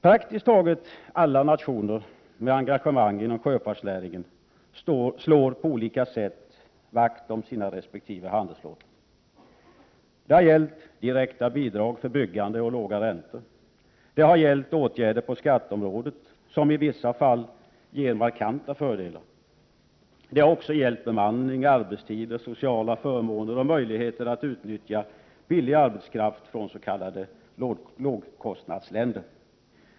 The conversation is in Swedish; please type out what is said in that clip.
Praktiskt taget alla nationer med engagemang inom sjöfartsnäringen slår på olika sätt vakt om sina resp. handelsflottor. Det har gällt direkta bidrag för byggande, låga räntor, åtgärder på skatteområdet som i vissa fall ger markanta fördelar samt även bemanning, arbetstider, sociala förmåner och möjligheten att utnyttja billig arbetskraft från s.k. lågkostnadsländer.